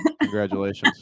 congratulations